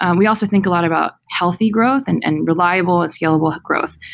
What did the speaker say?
and we also think a lot about healthy growth and and reliable and scalable growth.